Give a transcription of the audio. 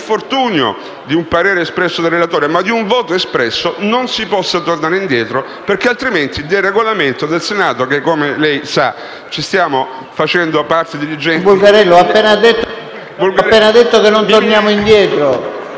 causato da un parere espresso dal relatore e per un voto espresso, non si può tornare indietro, perché altrimenti del Regolamento del Senato, che - come lei sa - ci stiamo facendo parte diligente…